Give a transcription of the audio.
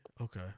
Okay